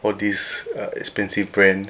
all these uh expensive brand